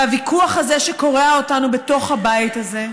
והוויכוח הזה, שקורע אותנו בתוך הבית הזה,